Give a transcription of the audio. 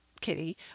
kitty